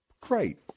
Great